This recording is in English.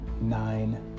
nine